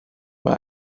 mae